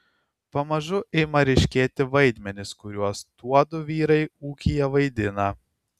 pamažu ima ryškėti vaidmenys kuriuos tuodu vyrai ūkyje vaidina